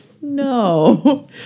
no